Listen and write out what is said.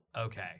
Okay